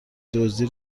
دزدی